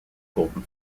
golden